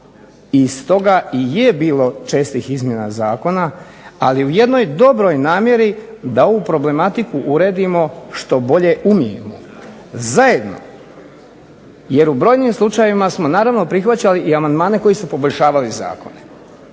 I stoga i je bilo čestih izmjena zakona, ali u jednoj dobroj namjeri da ovu problematiku uredimo što bolje umijemo zajedno, jer u brojnim slučajevima smo naravno prihvaćali i amandmane koji su poboljšavali zakone.